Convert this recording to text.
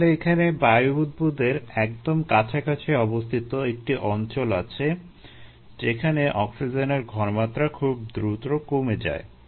তাহলে এখানে বায়ু বুদবুদের একদম কাছাকাছি অবস্থিত একটি অঞ্চল আছে যেখানে অক্সিজেনের ঘনমাত্রা খুব দ্রুত কমে যায়